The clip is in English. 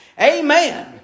Amen